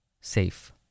Safe